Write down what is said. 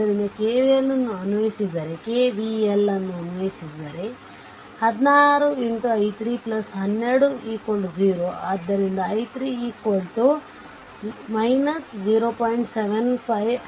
ಆದ್ದರಿಂದ KVL ಅನ್ನು ಅನ್ವಯಿಸಿದರೆ ಅದು 16 i3 12 0 ಆದ್ದರಿಂದ i3 0